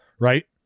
Right